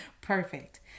Perfect